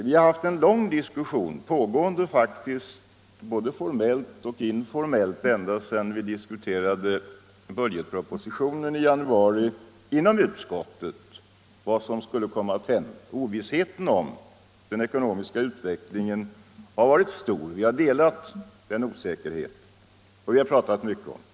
Vi har faktiskt ända sedan budgetpropositionen diskuterades inom utskottet i januari haft långa diskussioner, både formellt och informellt, om vad som skulle komma att hända. Ovissheten om den ekonomiska utvecklingen har varit stor. Vi har alla delat känslan av osäkerhet och pratat mycket om detta.